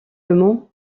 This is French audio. m’en